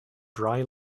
dry